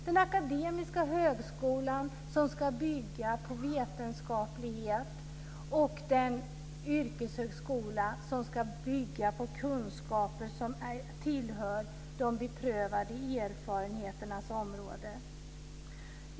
Den akademiska högskolan ska bygga på vetenskaplighet, och yrkeshögskolan ska bygga på kunskaper som tillhör de beprövade erfarenheternas område.